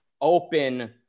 open